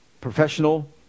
professional